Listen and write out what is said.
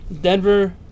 Denver